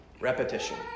Repetition